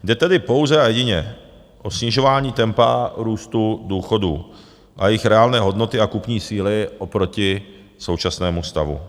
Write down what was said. Jde tedy pouze a jedině o snižování tempa růstu důchodů a jejich reálné hodnoty a kupní síly oproti současnému stavu.